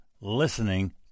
listening